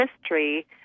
history